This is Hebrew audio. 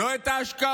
לא את ההשקעות,